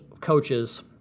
coaches